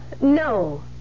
No